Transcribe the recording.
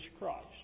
Christ